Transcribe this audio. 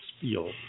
feel